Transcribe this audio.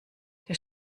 der